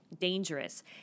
dangerous